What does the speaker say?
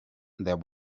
there